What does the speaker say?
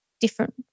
different